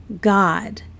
God